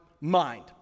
mind